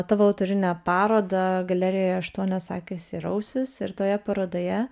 tavo autorinę parodą galerijoje aštuonios akys ir ausys ir toje parodoje